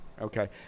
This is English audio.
okay